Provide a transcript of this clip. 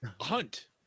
hunt